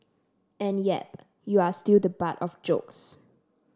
and yep you are still the butt of jokes